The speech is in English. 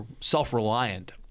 self-reliant